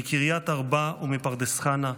מקריית ארבע ומפרדס חנה,